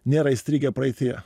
nėra įstrigę praeityje